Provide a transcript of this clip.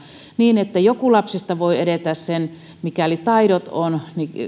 niin että joku lapsista voi edetä mikäli taidot on